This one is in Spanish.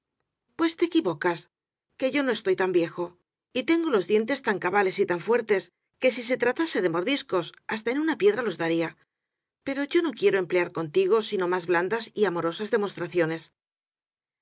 s te equivocas que yo no estoy tan viejo y tengo los dientes tan cabales y tan fuertes que si se tratase de mordiscos hasta en una piedra los daría pero yo no quiero emplear contigo sino más blandas y amorosas demostraciones